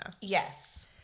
Yes